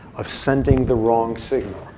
of sending the wrong signal.